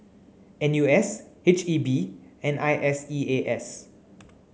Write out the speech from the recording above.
N U S H E B and I S E A S